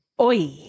Oi